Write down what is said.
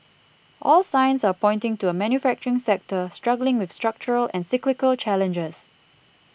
all signs are pointing to a manufacturing sector struggling with structural and cyclical challenges